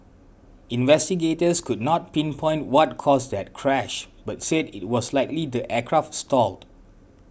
investigators could not pinpoint what caused that crash but said it was likely the aircraft stalled